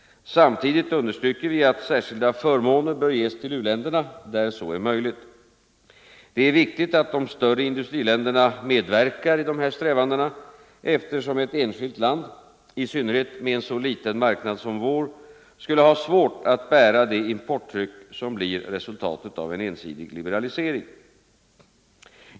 Samtidigt understryker vi att särskilda förmåner bör ges till uländerna, där så är möjligt. Det är viktigt att de större industriländerna medverkar i dessa strävanden, eftersom ett enskilt land — i synnerhet med en så liten marknad som vår — skulle ha svårt att bära det importtryck, som blir resultatet av en ensidig liberalisering.